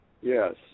Yes